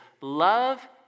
love